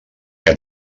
que